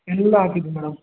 ಎಲ್ಲಾ ಹಾಕಿದ್ದೀನಿ ಮೇಡಮ್